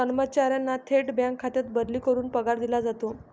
कर्मचाऱ्यांना थेट बँक खात्यात बदली करून पगार दिला जातो